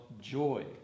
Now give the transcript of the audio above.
joy